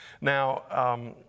Now